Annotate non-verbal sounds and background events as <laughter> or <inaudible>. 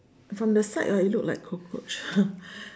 from the side ah it look like cockroach <laughs>